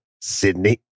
Sydney